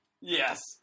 Yes